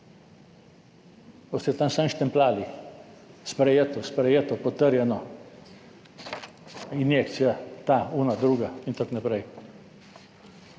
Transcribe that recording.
Boste tam samo štempljali, sprejeto, sprejeto, potrjeno, injekcija ta, druga in tako naprej,